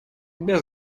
без